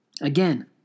Again